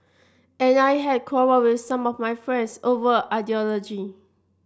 and I had quarrelled with some of my friends over ideology